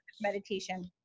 meditation